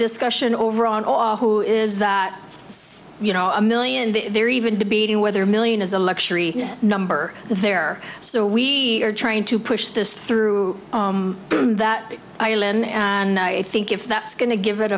discussion over on all who is that you know a million they're even debating whether million is a luxury number there so we are trying to push this through that island and i think if that's going to give it